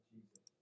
Jesus